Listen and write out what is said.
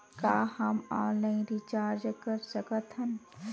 का हम online recharge कर सकत हन?